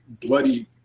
bloody